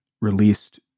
released